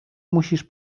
musisz